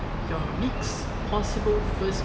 your next possible first